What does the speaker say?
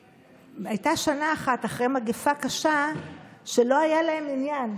הייתה שנה אחת, אחרי מגפה קשה, שלא היה להם מניין.